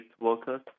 workers